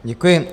Děkuji.